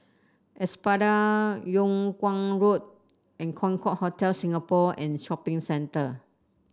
Espada Yung Kuang Road and Concorde Hotel Singapore and Shopping Centre